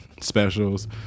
specials